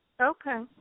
Okay